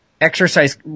exercise